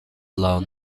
lawn